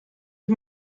het